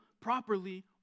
properly